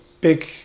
big